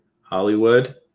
hollywood